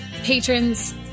patrons